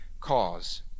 cause